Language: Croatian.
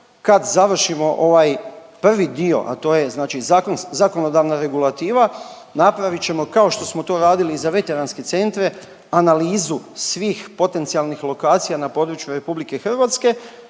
Kad završimo ovaj prvi dio, a to je znači .../nerazumljivo/... zakonodavna regulativa, napravit ćemo, kao što smo to radili i za veteranske centre, analizu svih potencijalnih lokacija na području RH i krenuti